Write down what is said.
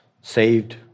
saved